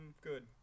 good